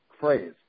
phrase